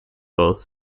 both